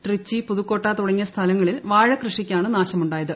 ട്രിച്ചി പുതുക്കോട്ട തുടങ്ങിയ സ്ഥലങ്ങളിൽ വാഴകൃഷിക്കാണ് നാശമുണ്ടായത്